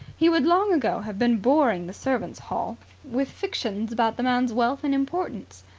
he would long ago have been boring the servants' hall with fictions about the man's wealth and importance.